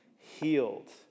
healed